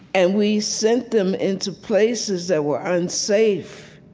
and we sent them into places that were unsafe,